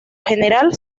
general